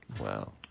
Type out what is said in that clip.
Wow